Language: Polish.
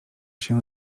się